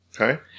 Okay